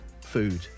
food